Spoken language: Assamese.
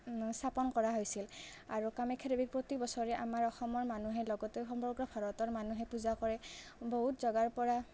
স্থাপন কৰা হৈছিল আৰু কামাখ্যা দেৱীক প্ৰতি বছৰে আমাৰ অসমৰ মানুহে লগতে সমগ্ৰ ভাৰতৰ মানুহে পূজা কৰে বহুত জেগাৰ পৰা